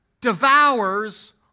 Devours